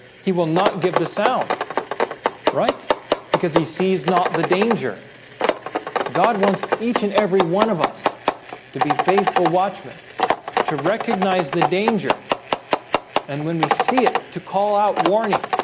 he will not give the sound right because he sees not the danger god wants each and every one of us to be faithful watchmen to recognize the danger and when we see it to call out warning